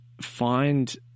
find